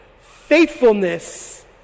faithfulness